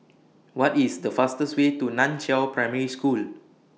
What IS The fastest Way to NAN Chiau Primary School